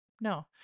No